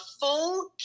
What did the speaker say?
full